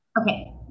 okay